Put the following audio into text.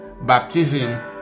Baptism